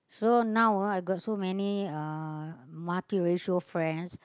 so now ah I got so many uh multi racial friends